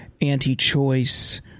anti-choice